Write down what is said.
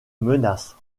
menace